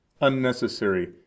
unnecessary